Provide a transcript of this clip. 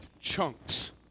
chunks